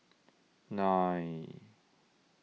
nine